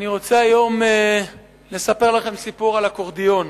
אני רוצה היום לספר לכם סיפור על אקורדיון.